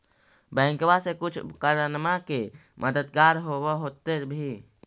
बैंकबा से कुछ उपकरणमा के मददगार होब होतै भी?